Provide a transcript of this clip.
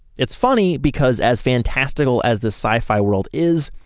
it's funny because as fantastical as the sci-fi world is,